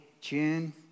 June